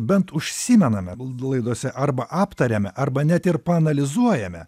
bent užsimename laidose arba aptariame arba net ir paanalizuojame